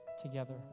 together